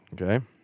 Okay